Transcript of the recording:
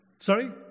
Sorry